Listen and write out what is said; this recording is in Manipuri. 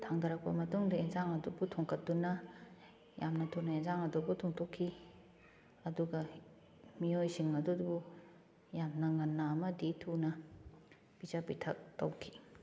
ꯊꯥꯡꯊꯔꯛꯄ ꯃꯇꯨꯡꯗ ꯏꯟꯁꯥꯡ ꯑꯗꯨꯕꯨ ꯊꯣꯡꯀꯠꯇꯨꯅ ꯌꯥꯝꯅ ꯊꯨꯅ ꯏꯟꯁꯥꯡ ꯑꯗꯨꯕꯨ ꯊꯣꯡꯇꯣꯛꯈꯤ ꯑꯗꯨꯒ ꯃꯤꯑꯣꯏꯁꯤꯡ ꯑꯗꯨꯕꯨ ꯌꯥꯝꯅ ꯉꯟꯅ ꯑꯃꯗꯤ ꯊꯨꯅ ꯄꯤꯖ ꯄꯤꯊꯛ ꯇꯧꯈꯤ